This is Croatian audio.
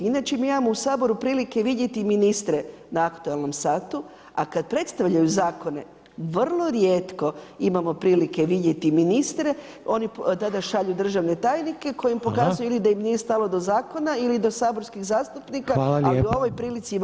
Inače mi imamo u Saboru prilike vidjeti ministre na aktualnom satu a kad predstavljaju zakone, vrlo rijetko imamo prilike vidjeti ministre, oni tada šalju državne tajnike koji im pokazuju ili da im nije stalo do zakona ili do saborskih zastupnika ali u ovoj prilici imamo ih prilike vidjeti.